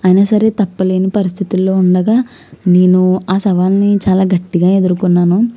అయినా సరే తప్పలేని పరిస్థితుల్లో ఉండగా నేను ఆ సవాలుని చాలా గట్టిగా ఎదుర్కొన్నాను